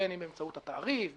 בין אם באמצעות התעריף.